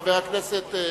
חבר הכנסת.